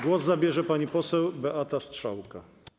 Głos zabierze pani poseł Beata Strzałka.